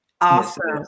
Awesome